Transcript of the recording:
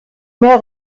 mehr